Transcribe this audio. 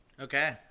Okay